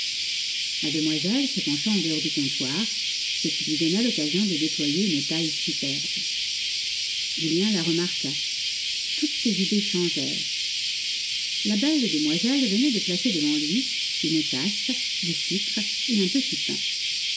se pencha en dehors du comptoir ce qui lui donna l'occasion de déployer une taille superbe julien la remarqua toutes ses idées changèrent la belle demoiselle venait de placer devant lui une tasse du sucre et un petit pain